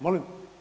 Molim?